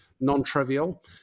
non-trivial